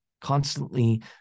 constantly